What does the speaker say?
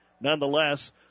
Nonetheless